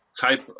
type